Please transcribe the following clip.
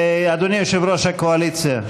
אדוני יושב-ראש הקואליציה,